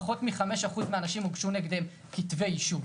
פחות מ-5% מהאנשים הוגשו נגדם כתבי אישום.